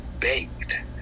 baked